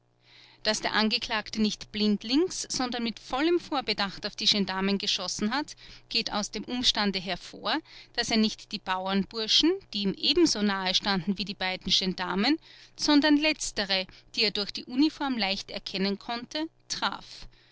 daß der angeklagte nicht blindlings sondern mit vollem vorbedacht auf die gendarmen geschossen hat geht aus dem umstande hervor daß er nicht die bauernburschen die ihm ebenso nahe standen wie die beiden gendarmen sondern letztere die er durch die uniform leicht erkennen konnte traf